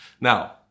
Now